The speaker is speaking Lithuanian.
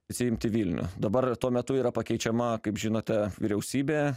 atsiimti vilnių dabar ir tuo metu yra pakeičiama kaip žinote vyriausybė